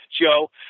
Joe